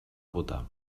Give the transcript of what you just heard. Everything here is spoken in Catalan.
votar